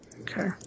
Okay